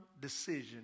decision